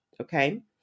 Okay